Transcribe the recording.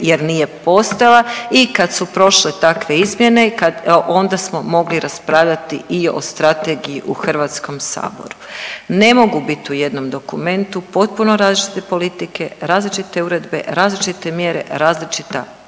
jer nije postojala i kad su prošle takve izmjene i kad, onda smo mogli raspravljati i o strategiji u HS. Ne mogu bit u jednom dokumentu potpuno različite politike, različite uredbe, različite mjere i različita